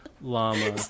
Llama